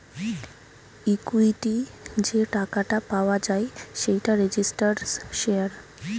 equity যে টাকাটা পাওয়া যায় সেটাই রেজিস্টার্ড শেয়ার